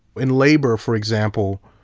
in labor, for example.